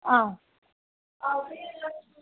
आं